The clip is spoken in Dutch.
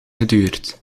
geduurd